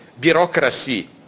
bureaucracy